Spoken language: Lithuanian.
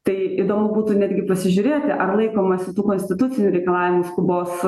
tai įdomu būtų netgi pasižiūrėti ar laikomasi tų konstitucijų reikalavimų skubos